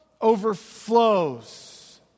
overflows